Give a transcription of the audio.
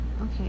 Okay